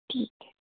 ठीक है